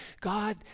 God